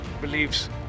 believes